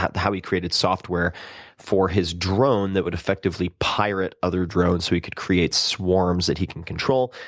how he created software for his drone that would effectively pirate other drones so he could create swarms that he can control.